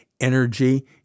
energy